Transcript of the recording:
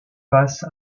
passe